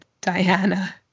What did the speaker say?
diana